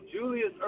Julius